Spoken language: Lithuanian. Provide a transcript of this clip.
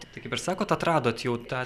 tai kaip ir sakot atradot jau tą